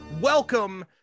welcome